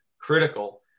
Critical